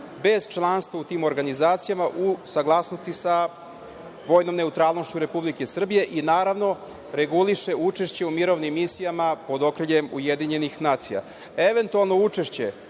bez članstva u tim organizacijama u saglasnosti sa vojnom neutralnošću Republike Srbije i, naravno, reguliše učešće u mirovnim misijama pod okriljem UN, eventualno učešće